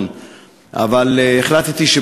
אבל החלטתי,